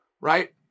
Right